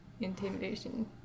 intimidation